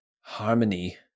harmony